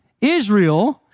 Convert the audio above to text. Israel